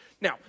Now